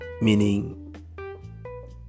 Meaning